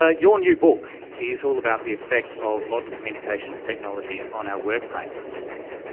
ah your new book is all about the effect of modern communications technology on our work practices.